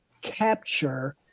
capture